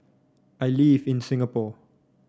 I live in Singapore